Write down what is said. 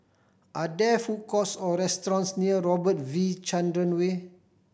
are there food courts or restaurants near Robert V Chandran Way